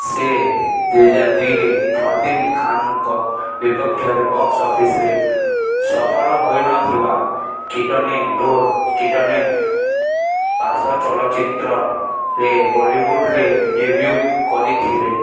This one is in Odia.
ସେ ଦୁଇହଜାର ଦୁଇରେ ଫର୍ଦିନ ଖାନଙ୍କ ବିପକ୍ଷରେ ବକ୍ସ ଅଫିସରେ ସଫଳ ହେଇନଥିବା କିତନେ ଦୂର କିତନେ ପାସ୍ ଚଳଚ୍ଚିତ୍ରରେ ବଲିଉଡରେ ଡେବ୍ୟୁ କରିଥିଲେ